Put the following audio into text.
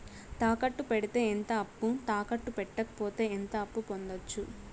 తాకట్టు పెడితే ఎంత అప్పు, తాకట్టు పెట్టకపోతే ఎంత అప్పు పొందొచ్చు?